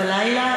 בלילה,